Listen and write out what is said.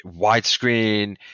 widescreen